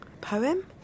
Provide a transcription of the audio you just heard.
Poem